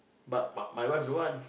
but my my wife don't want